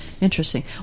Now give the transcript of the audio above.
Interesting